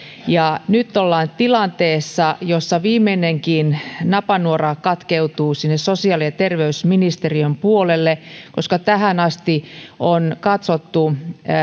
ja nyt ollaan tilanteessa jossa viimeinenkin napanuora sosiaali ja terveysministeriön puolelle katkeaa tähän asti on katsottu